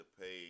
pay